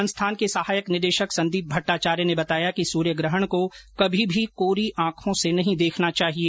संस्थान के सहायक निदेशक संदीप भट्टाचार्य ने बताया कि सूर्यग्रहण को कभी भी कोरी आंखों से नहीं देखना चाहिए